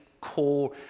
core